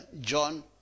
John